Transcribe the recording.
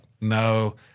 No